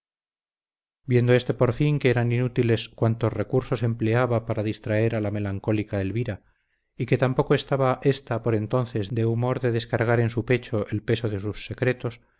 viendo éste por fin que eran inútiles cuantos recursos empleaba para distraer a la melancólica elvira y que tampoco estaba ésta por entonces de humor de descargar en su pecho el peso de sus secretos